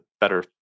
better